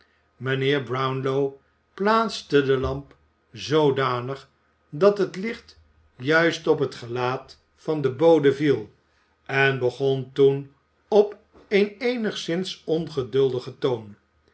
mijnheer brownlow plaatste de lamp zoodanig dat het licht juist op het gelaat van den bode viel en begon toen op een eenigszins ongeduldigen toon